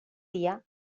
dia